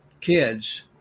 kids